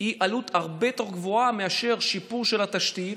היא עלות הרבה יותר גבוהה מאשר שיפור של התשתית,